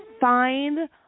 find